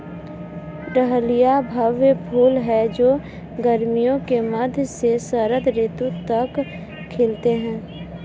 dahlia भव्य फूल हैं जो गर्मियों के मध्य से शरद ऋतु तक खिलते हैं